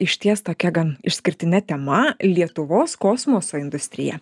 išties tokia gan išskirtine tema lietuvos kosmoso industrija